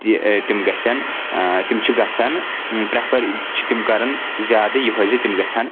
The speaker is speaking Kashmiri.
تِم گژھن تِم چھِ گژھان پرٛیفر چھِ تِم کرَان زیادٕ یِہوے زِ تِم گژھن